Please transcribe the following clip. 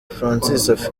francis